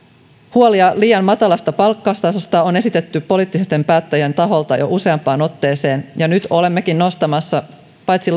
huolia liian matalasta palkkaustasosta on esitetty poliittisten päättäjien taholta jo useampaan otteeseen ja nyt olemmekin nostamassa paitsi